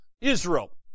Israel